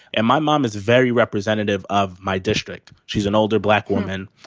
and my mom is very representative of my district. she's an older black woman.